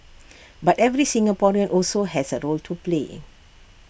but every Singaporean also has A role to play